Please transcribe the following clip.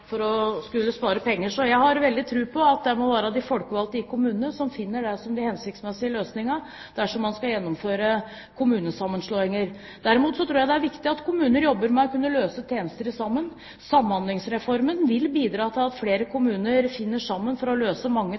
skulle spare penger. Så jeg har veldig tro på at det må være de folkevalgte i kommunene som må finne det som er hensiktsmessige løsninger, om man skal gjennomføre kommunesammenslåinger. Derimot tror jeg det er viktig at kommuner jobber med å kunne løse oppgaver sammen. Samhandlingsreformen vil bidra til at flere kommuner finner sammen for å